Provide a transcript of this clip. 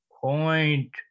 point